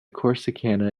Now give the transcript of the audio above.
corsicana